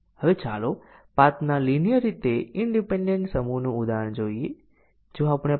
તો ચાલો જોઈએ કે તે કેવી રીતે થાય છે અને આ માટે ટેસ્ટીંગ ના કેસોની રચના કેવી રીતે કરવી